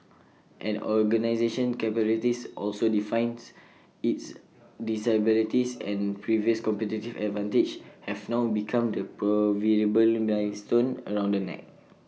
an organisation's capabilities also define its disabilities and previous competitive advantages have now become the proverbial millstone around the neck